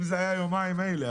אם זה היה יומיים, מילא.